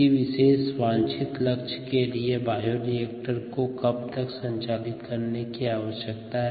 किसी विशेष वांछित लक्ष्य के लिए बायोरिएक्टर को कब तक संचालित करने की आवश्यकता है